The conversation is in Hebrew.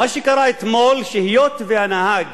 מה שקרה אתמול, היות שהנהג